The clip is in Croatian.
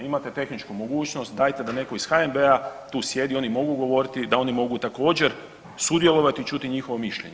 Imate tehničku mogućnost, dajte da netko iz HNB-a tu sjedi, oni mogu govoriti, da oni mogu također sudjelovati i čuti njegovo mišljenje.